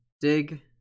Dig